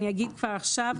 אני אגיד כבר עכשיו,